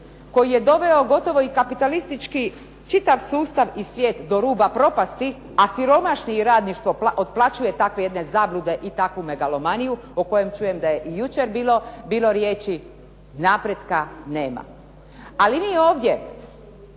koji je doveo gotovo i kapitalistički čitav sustav i svijet do ruba propasti a siromašni i radništvo otplaćuje takve jedne zablude i takvu megalomaniju o kojem čujem da je i jučer bilo riječi napretka nema. Ali mi ovdje